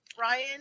Ryan